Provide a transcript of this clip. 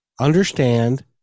understand